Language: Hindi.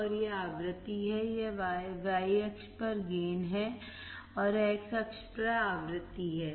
और यह आवृत्ति है यह y अक्ष में गेन है और x अक्ष आवृत्ति है